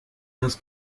das